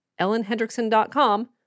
ellenhendrickson.com